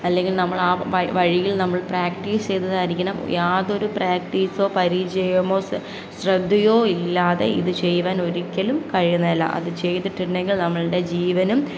അല്ലെങ്കിൽ നമ്മൾ ആ വഴിയിൽ നമ്മൾ പ്രാക്ടീസ് ചെയ്തത് ആയിരിക്കണം യാതൊരു പ്രാക്ടീസോ പരിചയമോ ശ്രദ്ധയോ ഇല്ലാതെ ഇത് ചെയ്യുവാൻ ഒരിക്കലും കഴിയുന്നതല്ല അത് ചെയ്തിട്ടുണ്ടെങ്കിൽ നമ്മളുടെ ജീവനും